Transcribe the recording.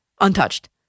untouched